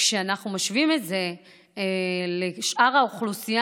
כשאנחנו משווים את זה לשאר האוכלוסייה,